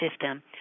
system